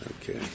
Okay